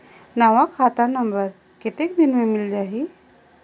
नवा खाता नंबर कतेक दिन मे मिल जाही?